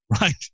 right